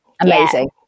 amazing